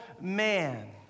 man